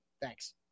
Thanks